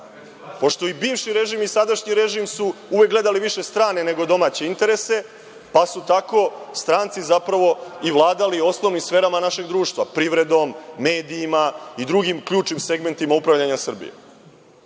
pošto i bivši režim i sadašnji režim su uvek gledali više strane, nego domaće interese, pa su tako stranci zapravo i vladali osnovnim sferama našeg društva – privredom, medijima i drugim ključnim segmentima upravljanja Srbije. Dakle,